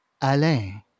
Alain